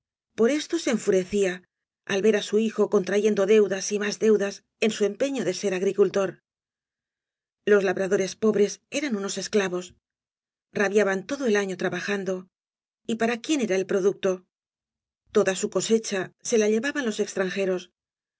por esto se enfurecía al ver á su hijo contrayendo deudas y más deudas en su empeño de ser agricultor los labradores pobres eran unos esclavos rabiaban todo el afio trabajando y para quién era el producto toda su cosecha se la llevaban los extranjeros